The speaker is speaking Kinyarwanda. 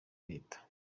leta